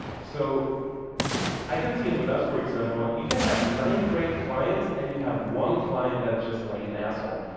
so i can see it with us. for example, you can have nine great clients and you have one client that's just like an asshole.